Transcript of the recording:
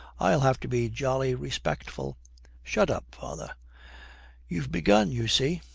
i'll have to be jolly respectful shut up, father you've begun, you see.